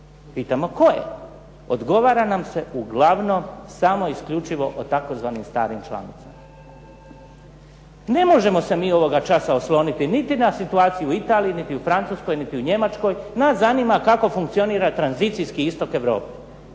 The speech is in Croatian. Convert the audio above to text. Pitamo koje? Odgovara nam se uglavnom samo isključivo o tzv. starim članicama. Ne možemo se mi ovoga časa osloniti niti na situaciju u Italiji, niti u Francuskoj, niti u Njemačkoj. Nas zanima kako funkcionira tranzicijski istok Europe.